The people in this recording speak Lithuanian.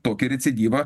tokį recidyvą